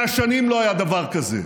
100 שנים לא היה דבר כזה.